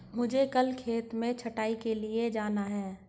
मुझे कल खेत में छटाई के लिए जाना है